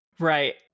Right